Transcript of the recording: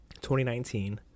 2019